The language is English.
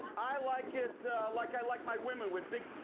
i like it like i like my women, with big